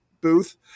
booth